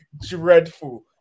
dreadful